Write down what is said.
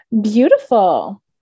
Beautiful